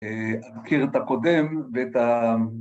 ‫הכיר את הקודם ואת ה...